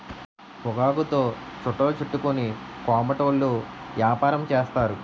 పొగాకుతో చుట్టలు చుట్టుకొని కోమటోళ్ళు యాపారం చేస్తారు